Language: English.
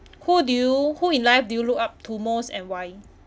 who do you who in live do you looked up to most and why